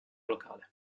locale